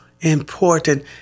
important